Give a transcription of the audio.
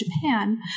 Japan